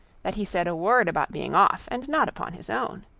that he said a word about being off, and not upon his own.